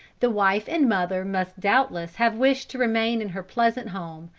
the wife and mother must doubtless have wished to remain in her pleasant home,